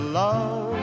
love